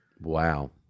Wow